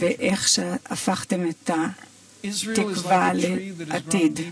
לבריאות, תקווה לעתיד.